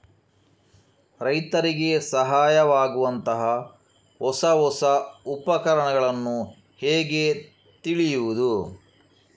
ರೈತರಿಗೆ ಸಹಾಯವಾಗುವಂತಹ ಹೊಸ ಹೊಸ ಉಪಕರಣಗಳನ್ನು ಹೇಗೆ ತಿಳಿಯುವುದು?